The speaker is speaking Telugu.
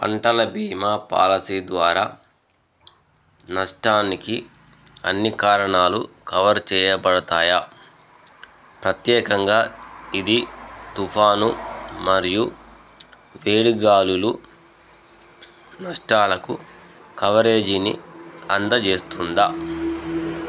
పంటల భీమా పాలసీ ద్వారా నష్టానికి అన్ని కారణాలు కవర్ చేయబడతాయా ప్రత్యేకంగా ఇది తుఫాను మరియు వేడిగాలులు నష్టాలకు కవరేజీని అందజేస్తుందా